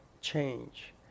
change